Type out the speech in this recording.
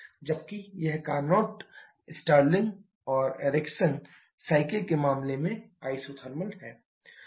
जबकि वह Carnot Stirling और एरिक्सन साइकिल के मामले में आइसोथर्मल है